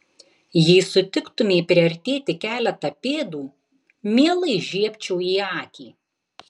jei sutiktumei priartėti keletą pėdų mielai žiebčiau į akį